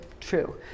true